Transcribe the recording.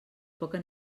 poca